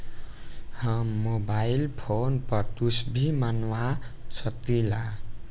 हम mobile phone पर कुछ भी मंगवा सकिला?